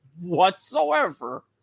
whatsoever